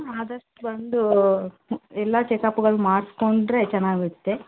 ಆದಷ್ಟು ಬಂದೂ ಎಲ್ಲ ಚೆಕಪ್ಗಳು ಮಾಡಿಸ್ಕೊಂಡ್ರೆ ಚೆನ್ನಾಗುತ್ತೆ